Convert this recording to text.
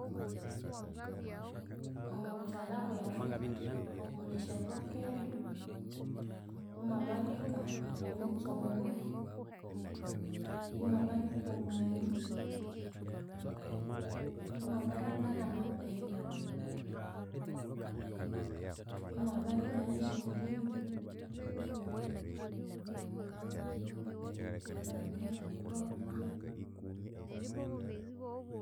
Omwabuthalha bwethu muli esya vekedo, imwabanika emitsungwe, imwabanika omwani, imwabanika ne mapera, imwabanika nesyandimu, imwabanika nebimole byebi